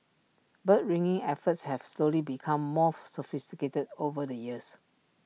bird ringing efforts have slowly become more sophisticated over the years